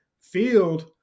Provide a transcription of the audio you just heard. field